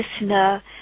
listener